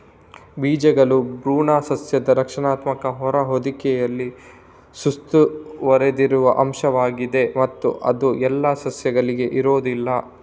ಬೀಜಗಳು ಭ್ರೂಣ ಸಸ್ಯದ ರಕ್ಷಣಾತ್ಮಕ ಹೊರ ಹೊದಿಕೆಯಲ್ಲಿ ಸುತ್ತುವರೆದಿರುವ ಅಂಶವಾಗಿದೆ ಮತ್ತು ಇದು ಎಲ್ಲಾ ಸಸ್ಯಗಳಲ್ಲಿ ಇರುವುದಿಲ್ಲ